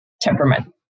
temperament